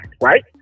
right